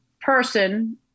person